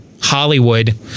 Hollywood